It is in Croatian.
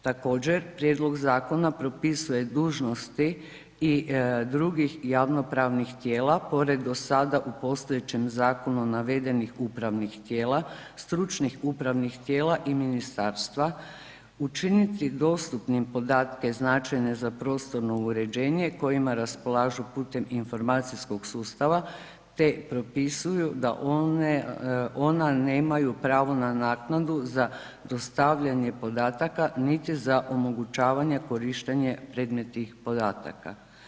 Također, prijedlog zakona propisuje dužnosti i drugih javnopravnih tijela pored do sada u postojećem zakonu navedenih upravnih tijela, stručnih upravnih tijela i ministarstva, učiniti dostupnim podatke značajne za prostorno uređenje kojima raspolažu putem informacijskog sustava, te propisuju da ona nemaju pravo na naknadu za dostavljanje podataka, niti za omogućavanje korištenje predmetnih podataka.